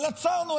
אבל עצרנו,